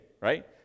right